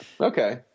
Okay